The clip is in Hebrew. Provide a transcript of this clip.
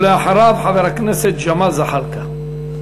ואחריו, חבר הכנסת ג'מאל זחאלקה.